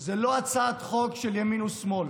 היא לא הצעת חוק של ימין ושמאל,